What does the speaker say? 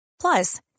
Plus